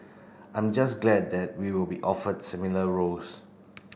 I am just glad that we will be offered similar roles